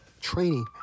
training